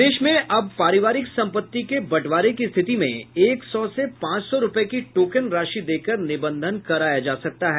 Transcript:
प्रदेश में अब पारिवारिक संपत्ति के बंटवारे की स्थिति में एक सौ से पांच सौ रूपये की टोकन राशि देकर निबंधन कराया जा सकता है